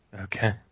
Okay